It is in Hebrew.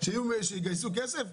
שיגייסו כסף?